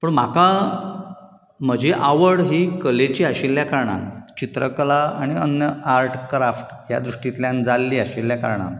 पूण म्हाका म्हजी आवड ही कलेची आशिल्या कारणान चित्रकला आनी अन्य आर्ट क्राफ्ट ह्या दृश्टींतल्यान जाल्ली आशिल्ल्या कारणान